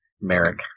merrick